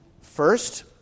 First